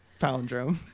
palindrome